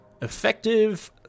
Effective